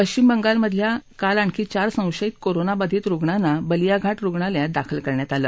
पश्चिम बंगालमधल्या काल आणखी चार संशयित कोरोना बाधित रुणांना बलियाघाट रुग्णालयात दाखल करण्यात आलं